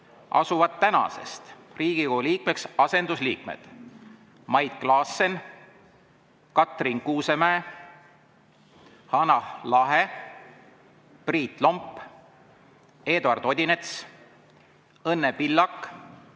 asuvad tänasest Riigikogu liikmeks asendusliikmed Mait Klaassen, Katrin Kuusemäe, Hanah Lahe, Priit Lomp, Eduard Odinets, Õnne Pillak,